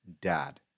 dad